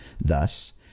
Thus